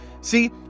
See